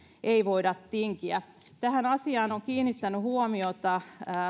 ei voida tinkiä tähän asiaan ovat kiinnittäneet huomiota